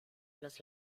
los